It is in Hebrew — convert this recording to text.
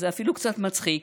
זה אפילו קצת מצחיק,